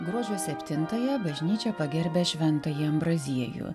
gruodžio septintąją bažnyčia pagerbia šventąjį ambraziejų